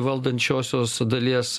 valdančiosios dalies